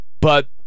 But-